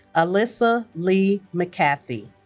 alyssa leigh mcgathey